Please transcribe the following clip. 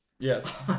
Yes